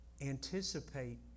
Anticipate